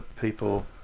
people